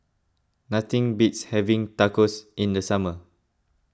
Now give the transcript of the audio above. nothing beats having Tacos in the summer